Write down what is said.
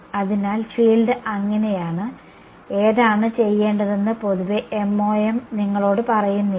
അതിനാൽ ഫീൽഡ് അങ്ങനെയാണ് ഏതാണ് ചെയ്യേണ്ടതെന്ന് പൊതുവെ MoM നിങ്ങളോട് പറയുന്നില്ല